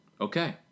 okay